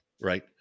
right